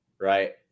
Right